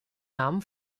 namen